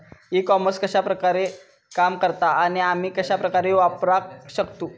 E commerce कश्या प्रकारे काम करता आणि आमी कश्या प्रकारे वापराक शकतू?